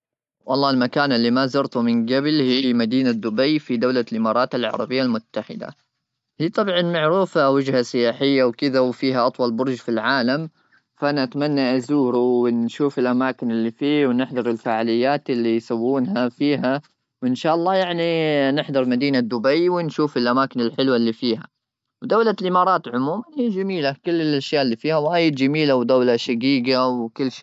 والله المكان اللي ما زرت من قبل هي مدينه دبي في دوله الامارات العربيه المتحده في طبع معروفه وجهه سياحيه وكذا وفيها اطول برج في العالم فانا اتمنى ازورو ونشوف الاماكن اللي فيه ونحضر الفعاليات اللي يسوونها فيها وان شاء الله يعني نحضر مدينه دبي ونشوف الاماكن الحلوه اللي فيها دوله الامارات عموما هي جميله كل الاشياء اللي فيها وايد جميله و دوله شقيقه